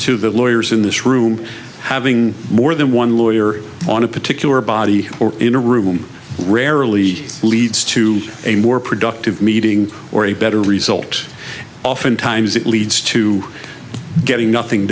to the lawyers in this room having more than one lawyer on a particular body or in a room rarely leads to a more productive meeting or a better result oftentimes it leads to getting nothing